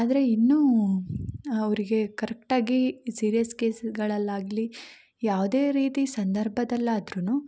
ಆದರೆ ಇನ್ನೂ ಅವ್ರಿಗೆ ಕರೆಕ್ಟಾಗಿ ಈ ಸೀರ್ಯಸ್ ಕೇಸ್ಗಳಲ್ಲಿ ಆಗಲಿ ಯಾವುದೇ ರೀತಿ ಸಂದರ್ಭದಲ್ಲಾದ್ರೂ